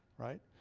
right?